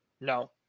No